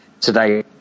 today